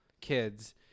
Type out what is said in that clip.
kids